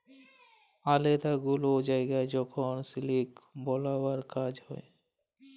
আলেদা গুলা জায়গায় যখল সিলিক বালাবার কাজ হ্যয়